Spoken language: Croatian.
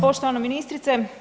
Poštovana ministrice.